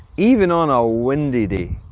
even on our windy day,